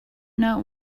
know